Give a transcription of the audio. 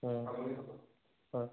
ꯎꯝ ꯍꯣꯏ